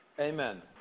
Amen